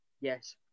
Yes